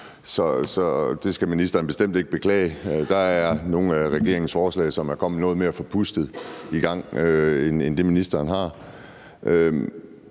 så det skal ministeren bestemt ikke beklage. Der er nogle af regeringens forslag, som er kommet noget mere forpustet i gang end dem, ministeren har.